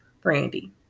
Brandy